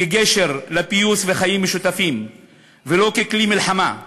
כגשר לפיוס וחיים משותפים ולא ככלי מלחמה.